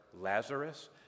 Lazarus